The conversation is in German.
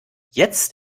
jetzt